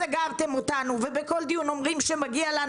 סגרתם אותנו ובכל דיון אומרים שמגיע לנו